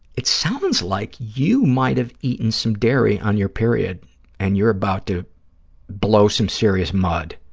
it sounds like you might have eaten some dairy on your period and you're about to blow some serious mud.